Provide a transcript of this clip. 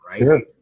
right